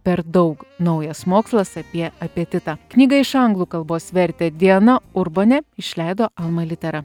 per daug naujas mokslas apie apetitą knygą iš anglų kalbos vertė diana urbonė išleido alma litera